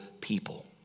people